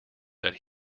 that